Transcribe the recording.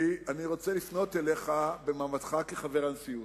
אני רוצה לפנות אליך במעמדך כחבר הנשיאות,